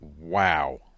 wow